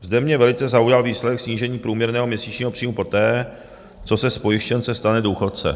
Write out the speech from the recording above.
Zde mě velice zaujal výsledek snížení průměrného měsíčního příjmu poté, co se z pojištěnce stane důchodce.